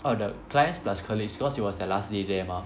oh the clients plus colleagues because it was the last day there mah